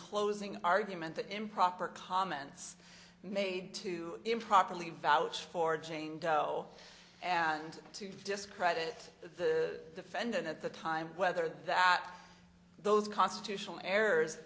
closing argument the improper comments made to improperly vouch for jane doe and to discredit the defendant at the time whether that those constitutional errors